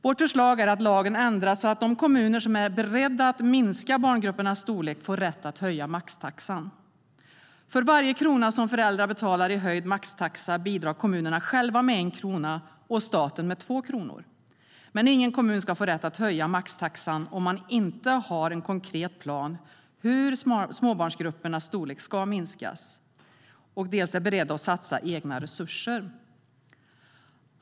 Vårt förslag är att lagen ändras så att de kommuner som är beredda att minska barngruppernas storlek får rätt att höja maxtaxan. För varje krona som föräldrar betalar i höjd maxtaxa bidrar kommunerna själva med 1 krona och staten med 2 kronor. Men ingen kommun ska få rätt att höja maxtaxan om man inte har en konkret plan för hur småbarnsgruppernas storlek ska minskas och är beredd att satsa egna resurser.